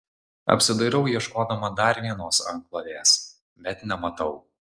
apsidairau ieškodama dar vienos antklodės bet nematau